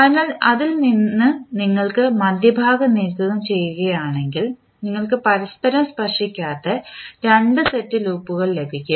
അതിനാൽ അതിൽ നിന്ന് നിങ്ങൾ മധ്യഭാഗം നീക്കംചെയ്യുകയാണെങ്കിൽ നിങ്ങൾക്ക് പരസ്പരം സ്പർശിക്കാത്ത രണ്ട് സെറ്റ് ലൂപ്പുകൾ ലഭിക്കും